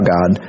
God